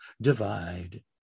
Divide